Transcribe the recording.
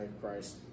Christ